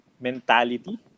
mentality